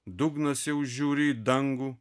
dugnas jau žiūri į dangų